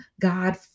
God